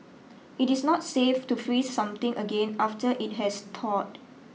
it is not safe to freeze something again after it has thawed